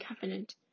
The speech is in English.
covenant